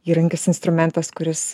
įrankis instrumentas kuris